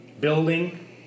Building